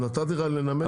נתתי לך לנמק.